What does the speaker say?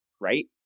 right